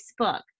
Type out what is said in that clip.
facebook